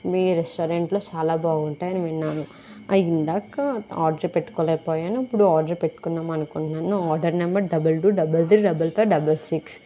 మీ రెస్టారెంట్లో చాలా బాగా ఉంటాయని విన్నాను అవి ఇందాక ఆర్డర్ పెట్టుకోలేపోయాను ఇప్పుడు ఆర్డర్ పెట్టుకుందాం అనుకుంటున్నాను order number double two double three double five double six